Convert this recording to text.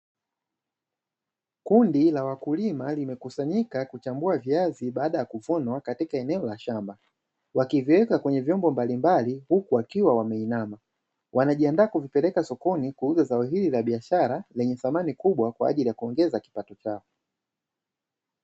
Kundi la wakulima limekusanyika kuchambua viazi baada ya kuvuna katika eneo la shamba, wakiviweka kwenye vyombo mbalimbali huku wakiwa wameinama. Wanajiandaa kuvipeleka sokoni kuuza zao hili la biashara lenye thamani kuwa kwa ajili ya kuongeza kipato chao.